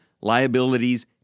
liabilities